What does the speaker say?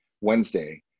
Wednesday